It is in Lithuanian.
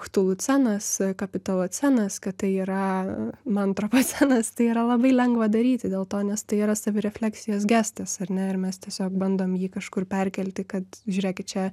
chtulucenas kapitolucenas kad tai yra mentropocenas tai yra labai lengva daryti dėl to nes tai yra savirefleksijos gestas ar ne ir mes tiesiog bandom jį kažkur perkelti kad žiūrėkit čia